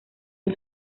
del